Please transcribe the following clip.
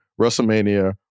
WrestleMania